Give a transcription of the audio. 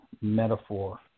metaphor